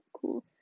Cool